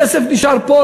הכסף נשאר פה,